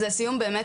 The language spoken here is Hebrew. אז לסיום באמת